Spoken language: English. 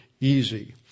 easy